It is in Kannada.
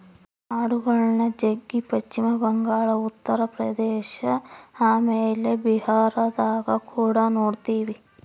ಆಡುಗಳ್ನ ಜಗ್ಗಿ ಪಶ್ಚಿಮ ಬಂಗಾಳ, ಉತ್ತರ ಪ್ರದೇಶ ಆಮೇಲೆ ಬಿಹಾರದಗ ಕುಡ ನೊಡ್ತಿವಿ